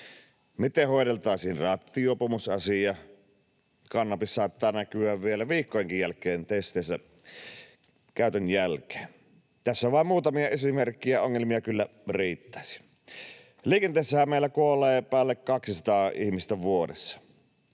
Miten hoideltaisiin rattijuopumusasia? Kannabis saattaa näkyä testeissä vielä viikkojakin käytön jälkeen. Tässä on vain muutamia esimerkkejä. Ongelmia kyllä riittäisi. Liikenteessähän meillä kuolee päälle 200 ihmistä vuodessa.